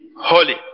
holy